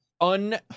un